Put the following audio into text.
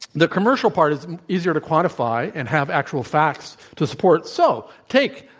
the commercial part is easier to quantify and have actual facts to support. so, take,